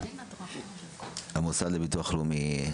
המוסד לביטוח לאומי.